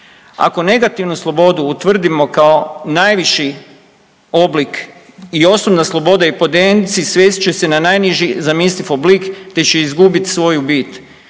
Ako negativnu slobodu utvrdimo kao najviši oblik i osobna sloboda i …/Govornik se ne razumije/…svest će se na najniži zamisliv oblik, te će izgubit svoju bit.